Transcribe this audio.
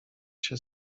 się